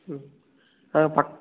ம் ஆ பட்